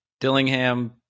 Dillingham